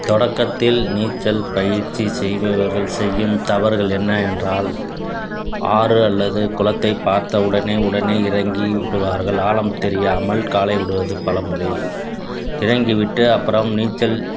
தொடக்கத்தில் நீச்சல் பயிற்சி செய்பவர்கள் செய்யும் தவறுகள் என்ன என்றால் ஆறு அல்லது குளத்தைப் பார்த்த உடனே உடனே இறங்கி விடுவார்கள் ஆழம் தெரியாமல் காலை விடுவது பலமொழி இறங்கி விட்டு அப்புறம் நீச்சல்